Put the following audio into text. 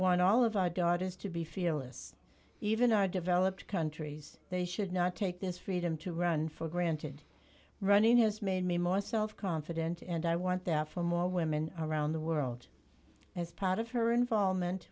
want all of our daughters to be fearless even our developed countries they should not take this freedom to run for granted running has made me more self confident and i want that for more women around the world as part of her involvement